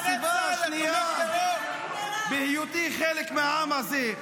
הסיבה השנייה, בהיותי חלק מהעם הזה,